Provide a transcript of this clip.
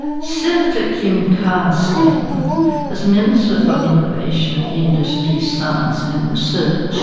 senator kim carr's statement as minister for innovation, industry, science and research